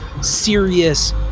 serious